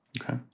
Okay